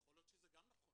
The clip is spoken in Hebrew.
יכול להיות שזה גם נכון,